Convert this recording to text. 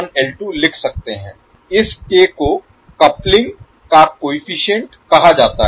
तो हम लिख सकते हैं इस k को कपलिंग का कोएफ़िशिएंट कहा जाता है